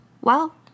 Well